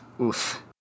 Oof